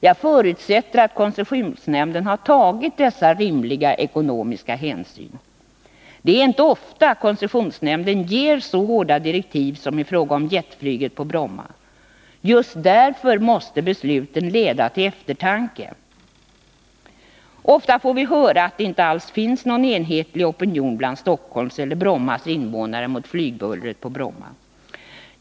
Jag förutsätter att koncessionsnämnden tagit dessa rimliga ekonomiska hänsyn. Det är inte ofta koncessionsnämnden ger så hårda direktiv som i fråga om jetflyget på Bromma. Just därför måste beslutet leda till eftertanke. Ofta får vi höra att det inte alls finns någon enhetlig opinion bland Stockholms eller Brommas invånare mot flygbullret på Bromma.